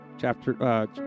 chapter